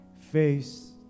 face